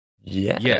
yes